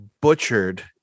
butchered